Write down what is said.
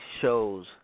shows